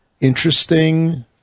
interesting